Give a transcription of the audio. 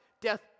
death